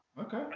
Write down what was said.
okay